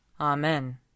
Amen